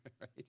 right